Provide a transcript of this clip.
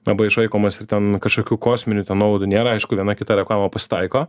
labai išlaikomas ir ten kažkokių kosminių ten nuolaidų nėra aišku viena kita reklama pasitaiko